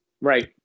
Right